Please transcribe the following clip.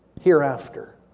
hereafter